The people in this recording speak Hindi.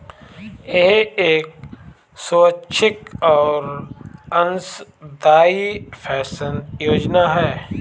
यह एक स्वैच्छिक और अंशदायी पेंशन योजना है